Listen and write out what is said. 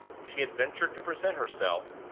she had ventured to present herself,